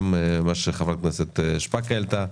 גם מה שחברת הכנסת שפק העלתה,